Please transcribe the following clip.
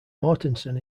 mortensen